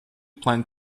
plan